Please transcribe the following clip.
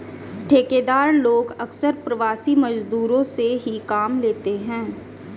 ठेकेदार लोग अक्सर प्रवासी मजदूरों से ही काम लेते हैं